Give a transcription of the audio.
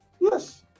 Yes